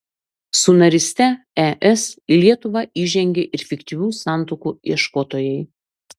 su naryste es į lietuvą įžengė ir fiktyvių santuokų ieškotojai